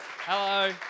Hello